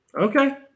Okay